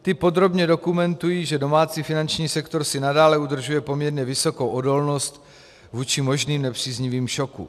Ty podrobně dokumentují, že domácí finanční sektor si nadále udržuje poměrně vysokou odolnost vůči možným nepříznivým šokům.